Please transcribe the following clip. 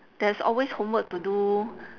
there's always homework to do